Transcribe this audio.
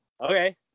okay